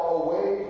away